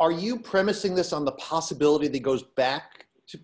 are you premising this on the possibility of the goes back to